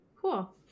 cool